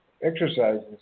exercises